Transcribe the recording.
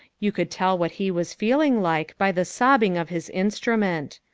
you could tell what he was feeling like by the sobbing of his instrument.